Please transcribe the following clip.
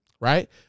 right